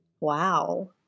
wow